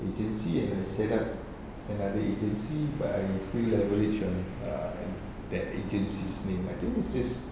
agency and I set up another agency but I still leverage on err that agency's name I think it's just